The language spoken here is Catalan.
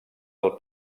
del